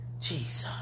Jesus